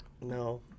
No